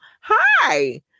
Hi